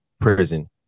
Prison